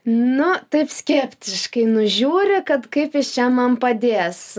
nu taip skeptiškai nužiūri kad kaip jis čia man padės